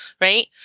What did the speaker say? right